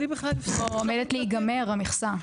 או עומדת להיגמר המכסה.